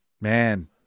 man